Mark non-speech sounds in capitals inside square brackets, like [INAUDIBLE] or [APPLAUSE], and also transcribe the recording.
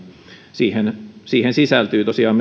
siihen siihen sisältyy tosiaan [UNINTELLIGIBLE]